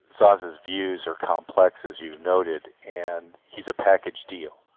but views are complex, as you've noted, and he's a package deal,